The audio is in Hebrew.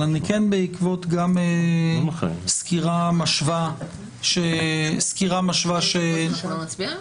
אבל כן גם בעקבות סקירה משווה --- אתה לא מצביע היום?